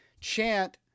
chant